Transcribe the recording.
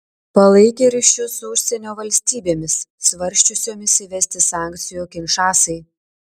palaikė ryšius su užsienio valstybėmis svarsčiusiomis įvesti sankcijų kinšasai